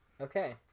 Okay